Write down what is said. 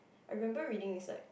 I remember reading is like